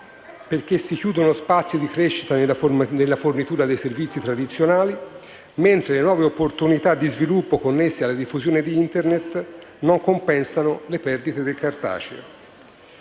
poiché si chiudono spazi di crescita nella fornitura dei servizi tradizionali, mentre le nuove opportunità di sviluppo connesse alla diffusione di Internet non compensano le perdite del cartaceo.